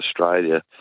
Australia